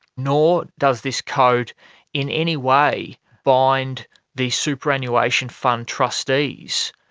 nor does this code in any way bind the superannuation fund trustees,